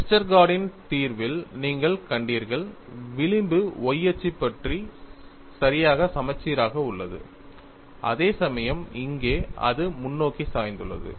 வெஸ்டர்கார்டின் Westergaard's தீர்வில் நீங்கள் கண்டீர்கள் விளிம்பு y அச்சு பற்றி சரியாக சமச்சீராக உள்ளது அதேசமயம் இங்கே அது முன்னோக்கி சாய்ந்துள்ளது